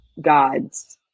God's